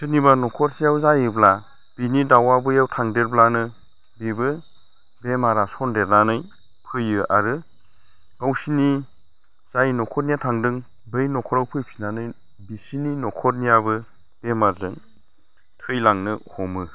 सोरनिबा न'खरसेयाव जायोब्ला बिनि दाउआ बैयाव थांदेरब्लानो बेबो बेमारा संदेरनानै फैयो आरो गावसिनि जाय न'खरनिया थांदों बै न'खराव फैफिननानै बिसिनि न'खरनियाबो बेमारजों थैलांनो हमो